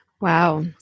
Wow